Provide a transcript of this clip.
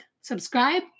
subscribe